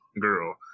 girl